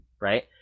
Right